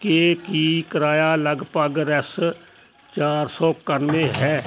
ਕਿ ਕੀ ਕਿਰਾਇਆ ਲੱਗਭਗ ਰੈਸ ਚਾਰ ਸੌ ਕਰਨੇ ਹੈ